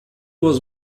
was